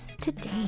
today